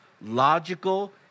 logical